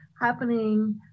happening